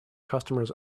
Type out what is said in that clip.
customers